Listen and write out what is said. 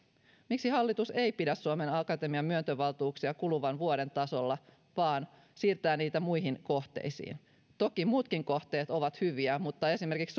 miksi hallitus ei pidä suomen akatemian myöntövaltuuksia kuluvan vuoden tasolla vaan siirtää niitä muihin kohteisiin toki muutkin kohteet ovat hyviä mutta esimerkiksi